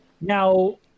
Now